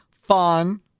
Fun